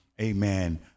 amen